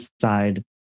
side